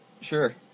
Sure